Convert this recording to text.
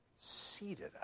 Seated